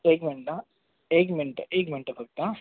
एक मिंटं हां एक मिंटं एक मिंटं फक्त आं